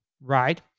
right